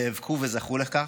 נאבקו וזכו לכך.